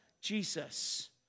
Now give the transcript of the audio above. Jesus